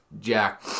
Jack